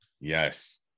Yes